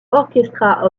orchestra